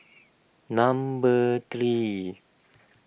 number three